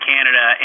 Canada